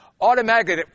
automatically